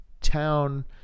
town